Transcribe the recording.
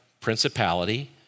principality